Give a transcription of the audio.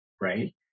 Right